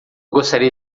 gostaria